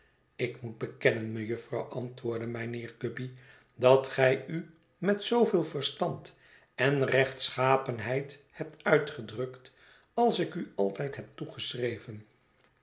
ik moet bekennen mejufvrouw antwoordde mijnheer guppy dat gij u met zooveel verstand en rechtschapenheid hebt uitgedrukt als ik u altijd heb